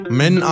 men